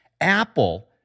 Apple